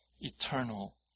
eternal